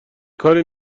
کاری